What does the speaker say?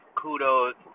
kudos